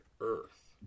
Earth